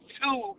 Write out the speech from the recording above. two